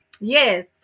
yes